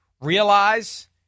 realize